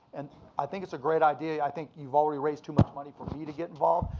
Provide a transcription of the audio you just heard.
and i think it's a great idea. i think you've already raised too much money for me to get involved,